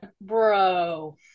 bro